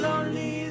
Lonely